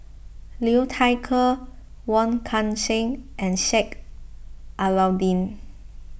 Liu Thai Ker Wong Kan Seng and Sheik Alau'ddin